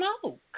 smoke